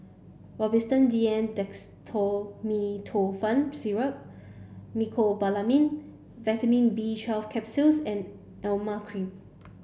Robitussin D M Dextromethorphan Syrup Mecobalamin Vitamin B twelve Capsules and Emla Cream